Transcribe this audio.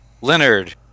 Leonard